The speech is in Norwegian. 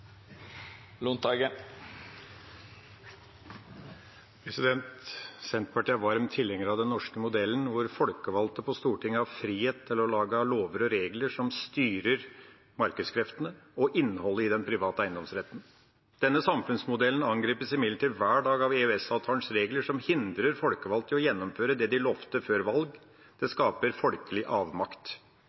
Senterpartiet er en varm tilhenger av den norske modellen der folkevalgte på Stortinget har frihet til å lage lover og regler som styrer markedskreftene og innholdet i den private eiendomsretten. Denne samfunnsmodellen angripes imidlertid hver dag av EØS-avtalens regler, som hindrer folkevalgte i å gjennomføre det de lovet før valg. Det skaper folkelig avmakt.